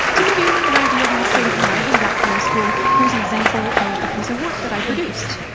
to give you an idea of my state of mind in doctoral school, here's an example of a piece of work that i produced.